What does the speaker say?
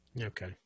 Okay